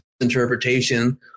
interpretation